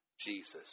Jesus